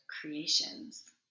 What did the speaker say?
creations